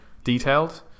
Detailed